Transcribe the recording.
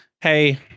Hey